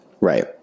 Right